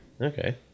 Okay